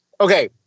okay